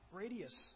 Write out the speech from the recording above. radius